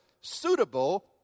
suitable